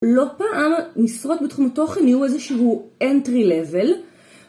לא פעם משרות בתחום התוכן יהיו איזשהו entry level